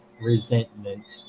resentment